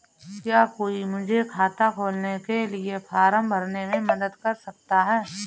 क्या कोई मुझे खाता खोलने के लिए फॉर्म भरने में मदद कर सकता है?